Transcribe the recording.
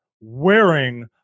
wearing